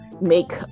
make